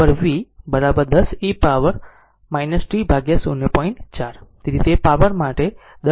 4 second તેથી v c v 10 e power t 0